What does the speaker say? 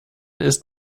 ist